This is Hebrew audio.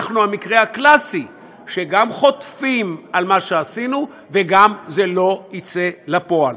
אנחנו המקרה הקלאסי שגם חוטפים על מה שעשינו וגם זה לא יצא לפועל.